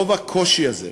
רוב הקושי הזה,